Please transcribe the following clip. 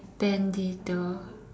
Bandito